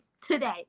today